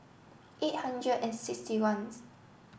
eight hundred and sixty ones